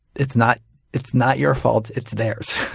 it's not it's not your fault it's theirs.